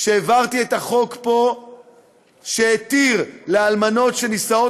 כשהעברתי את החוק פה שהתיר לאלמנות שנישאות